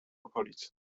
okolic